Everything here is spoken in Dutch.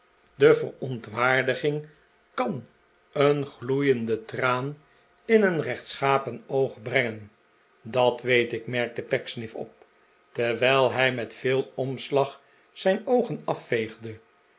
de verontwaardiging kan een gloeiende traan in een rechtschapen oog brengen dat weet ik merkte pecksniff op terwijl hij met veel omslag zijn oogen afveegde